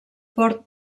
port